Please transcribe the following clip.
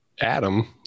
Adam